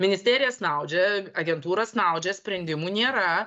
ministerija snaudžia agentūra snaudžia sprendimų nėra